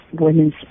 women's